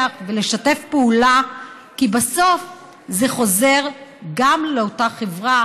ולשתף פעולה כי בסוף זה חוזר גם לאותה חברה,